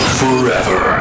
forever